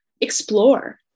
explore